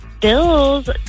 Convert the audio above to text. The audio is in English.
bills